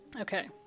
Okay